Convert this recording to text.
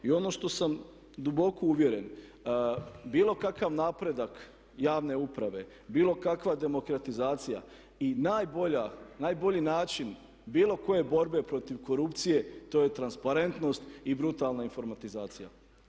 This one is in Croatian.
I ono što sam duboko uvjeren, bilo kakav napredak javne uprave, bilo kakva demokratizacija i najbolji način bilo koje borbe protiv korupcije to je transparentnost i brutalna informatizacija.